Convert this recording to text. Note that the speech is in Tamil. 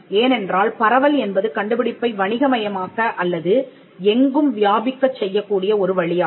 ஏனென்றால் பரவல் என்பது கண்டுபிடிப்பை வணிகமயமாக்க அல்லது எங்கும் வியாபிக்கச் செய்யக்கூடிய ஒரு வழியாகும்